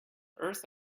earth